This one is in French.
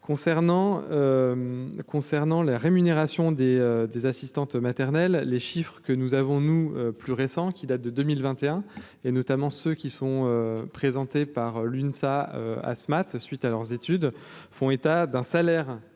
concernant la rémunération des des assistantes maternelles, les chiffres que nous avons, nous, plus récent, qui date de 2021 et notamment ceux qui sont présentés par l'UNSA ce matin suite à leurs études font état d'un salaire